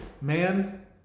man